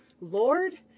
Lord